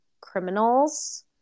criminals